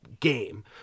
Game